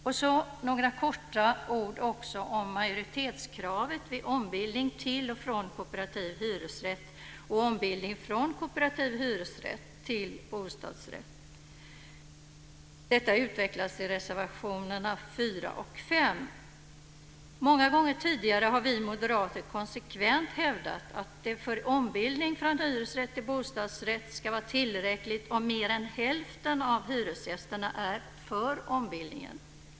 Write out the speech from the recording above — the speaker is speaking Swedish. Jag vill också säga några ord om majoritetskravet vid ombildning till och från kooperativ hyresrätt och ombildning från kooperativ hyresrätt till bostadsrätt. Detta utvecklas i reservationerna 4 och 5. Många gånger tidigare har vi moderater konsekvent hävdat att det för ombildning från hyresrätt till bostadsrätt ska vara tillräckligt om mer än hälften av hyresgästerna är för ombildningen.